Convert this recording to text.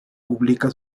publica